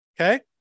okay